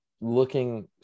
looking